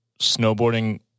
snowboarding